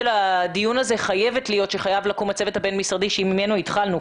הדיון הזה חייבת להיות שחייב לקום הצוות הבין-משרדי ממנו התחלנו.